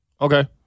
Okay